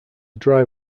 dry